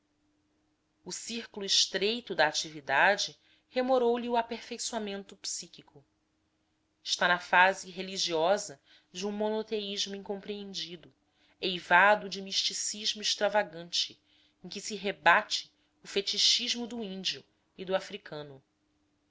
o círculo estreito da atividade remorou lhe o aperfeiçoamento psíquico está na fase religiosa de um monoteísmo incompreendido eivado de misticismo extravagante em que se rebate o fetichismo do índio e do africano